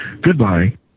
Goodbye